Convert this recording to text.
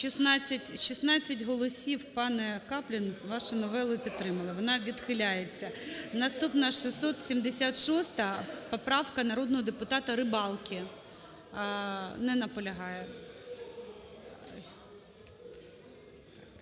16 голосів, панеКаплін, вашої новели підтримали. Вона відхиляється. Наступна - 676 поправка народного депутата Рибалки. Не наполягає.